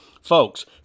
Folks